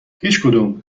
هیچدوم